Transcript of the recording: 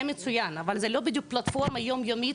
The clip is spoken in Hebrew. זה מצוין אבל זה לא בדיוק פלטפורמה יום יומית,